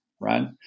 right